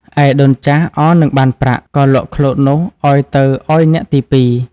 ឯដូនចាស់ អរនឹងបានប្រាក់ ក៏លក់ឃ្លោកនោះឱ្យទៅឱ្យអ្នកទីពីរ។